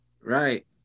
Right